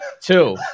Two